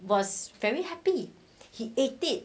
was very happy he ate it